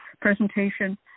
presentation